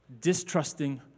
distrusting